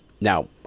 Now